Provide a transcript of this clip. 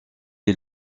est